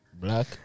Black